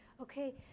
Okay